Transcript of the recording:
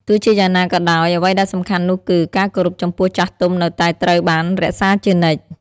ទោះជាយ៉ាងណាក៏ដោយ អ្វីដែលសំខាន់នោះគឺ ការគោរពចំពោះចាស់ទុំនៅតែត្រូវបានរក្សាជានិច្ច។